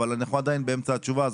אבל אנחנו עדיין באמצע התשובה,